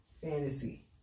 Fantasy